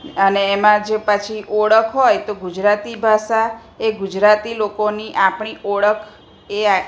અને એમાં જે પાછી ઓળખ હોય તો ગુજરાતી ભાષા એ ગુજરાતી લોકોની આપણી ઓળખ એ